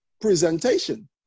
presentation